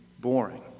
boring